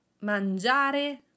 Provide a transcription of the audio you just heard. Mangiare